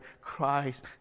Christ